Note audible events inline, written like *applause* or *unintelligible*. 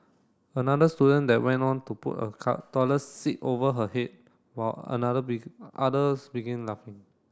another student that went on to put a *unintelligible* toilet seat over her head while another *unintelligible* others began laughing